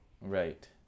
Right